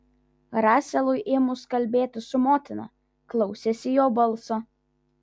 raselui ėmus kalbėti su motina klausėsi jo balso